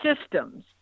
systems